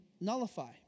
nullify